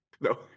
No